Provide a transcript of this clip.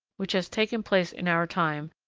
which has taken place in our time,